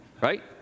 right